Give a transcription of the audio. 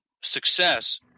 success